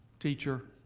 teacher,